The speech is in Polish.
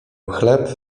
chleb